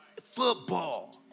Football